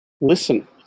listen